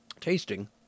Tasting